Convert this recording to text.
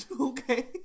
Okay